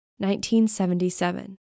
1977